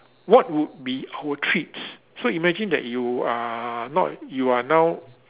what would be our treats so imagine that you are not you are now